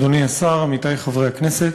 תודה לך, אדוני השר, עמיתי חברי הכנסת,